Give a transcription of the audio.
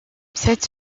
cette